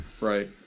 right